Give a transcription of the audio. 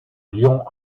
lyon